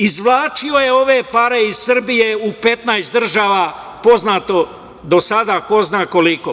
Izvlačio je ove pare iz Srbije u 15 država, poznato do sada, a ko zna koliko.